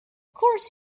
course